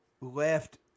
left